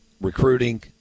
recruiting